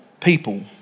people